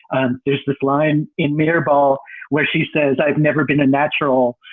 and there's this line in mirrorball where she says, i've never been a natural.